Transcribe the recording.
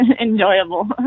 enjoyable